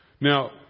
Now